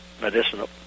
medicinal